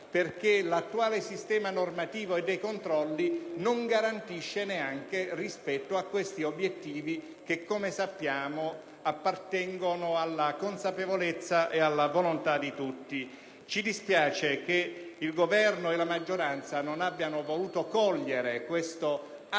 perché l'attuale sistema normativo e dei controlli non garantisce neanche questi obiettivi che, come sappiamo, appartengono alla consapevolezza e alla volontà di tutti. Ci dispiace che il Governo e la maggioranza non abbiano voluto cogliere questo atto